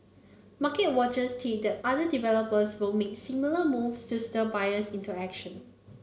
market watchers tip that other developers will make similar moves to stir buyers into action